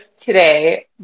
today